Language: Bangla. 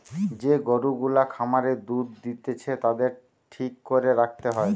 যে গরু গুলা খামারে দুধ দিতেছে তাদের ঠিক করে রাখতে হয়